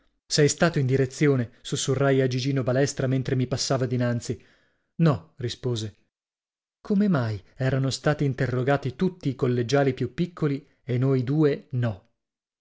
sei stato in direzione sussurrai a gigino balestra mentre mi passava dinanzi no rispose come mai erano stati interrogati tutti i collegiali più piccoli e noi due no